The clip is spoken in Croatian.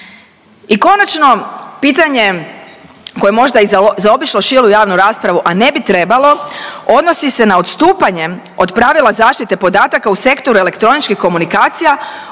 I konačno pitanje koje je možda i zaobišlo širu javnu raspravu, a ne bi trebalo odnosi se na odstupanje od pravila zaštite podataka u sektoru elektroničkih komunikacija